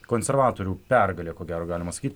konservatorių pergalė ko gero galima sakyt